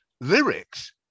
lyrics